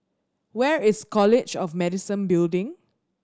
where is College of Medicine Building